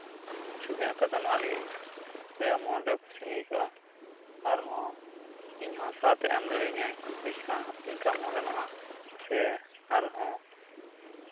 ᱪᱷᱚᱵᱤ ᱟᱸᱠᱟᱣ ᱫᱚ ᱱᱚᱣᱟ ᱞᱟᱹᱜᱤᱫ ᱨᱮ ᱢᱚᱱᱨᱮ ᱠᱩᱥᱤᱧ ᱟᱹᱭᱠᱟᱹᱣᱟ ᱟᱨᱦᱚᱸ ᱤᱧᱦᱚᱸ ᱥᱟᱛ ᱮ ᱮᱢ ᱫᱟᱲᱮ ᱤᱧᱟᱹᱭ ᱯᱚᱭᱥᱟ ᱤᱱᱠᱟᱢ ᱦᱚᱸ ᱜᱟᱱᱚᱜᱼᱟ ᱥᱮ ᱟᱨᱦᱚᱸ